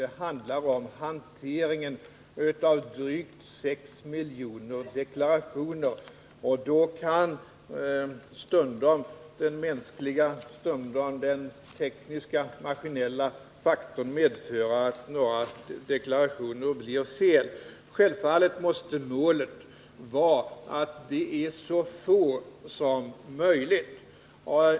Det handlar om hanteringen av drygt sex miljoner deklarationer, och då kan stundom den mänskliga, stundom den tekniska, maskinella faktorn medföra att det blir fel i några skattsedlar. Självfallet måste målet vara så få oriktiga skattsedlar som möjligt.